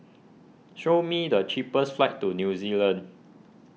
show me the cheapest flights to New Zealand